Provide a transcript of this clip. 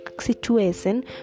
situation